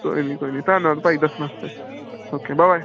ਕੋਈ ਨਹੀਂ ਜੀ ਕੋਈ ਨਹੀਂ ਧੰਨਵਾਦ ਭਾਅ ਜੀ ਦੱਸਣ ਵਾਸਤੇ ਓਕੇ ਬਾਏ